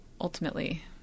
ultimately